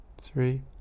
three